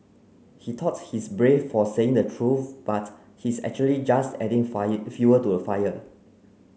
he thought he's brave for saying the truth but he's actually just adding fire fuel to the fire